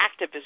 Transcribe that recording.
activist